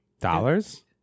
dollars